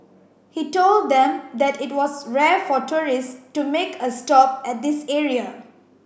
he told them that it was rare for tourist to make a stop at this area